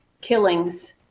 killings